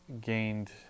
gained